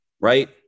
right